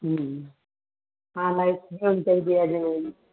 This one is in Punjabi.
ਹਮ ਹਾਂ ਇੱਥੇ ਹੋਣੀ ਚੀਹੀਦੀ